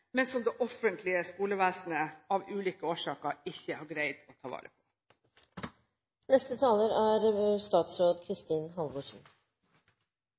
men som den offentlige skolen av ulike årsaker ikke har greid å ta vare på. Jeg er